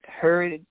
heard